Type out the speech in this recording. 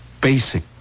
basic